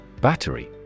Battery